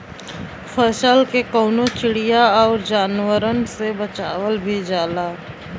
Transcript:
फसल के कउनो चिड़िया आउर जानवरन से बचावल भी जाला